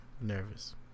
nervous